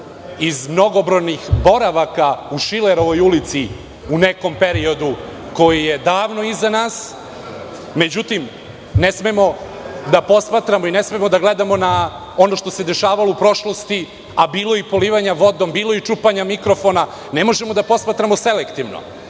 iz mnogobrojnih boravaka u Šilerovoj ulici u nekom periodu koji je davno iza nas. Međutim, ne smemo da posmatramo i ne smemo da gledamo na ono što se dešavalo u prošlosti, a bilo je i polivanja vodom, bilo je i čupanja mikrofona. Ne možemo da posmatramo selektivno.